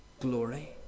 glory